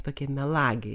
tokie melagiai